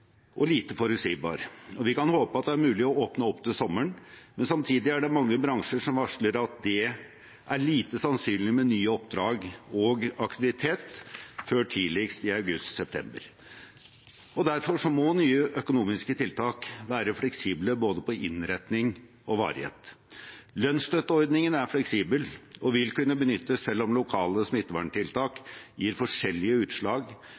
og lite forutsigbar. Vi kan håpe at det er mulig å åpne opp til sommeren, men samtidig er det mange bransjer som varsler at det er lite sannsynlig med nye oppdrag og aktivitet før tidligst i august/september. Derfor må nye økonomiske tiltak være fleksible på både innretning og varighet. Lønnsstøtteordningen er fleksibel og vil kunne benyttes selv om lokale smitteverntiltak gir forskjellige utslag